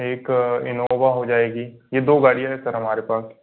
एक इनोवा हो जाएगी ये दो गाड़ियां हैं सर हमारे पास